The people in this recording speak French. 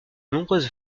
nombreuses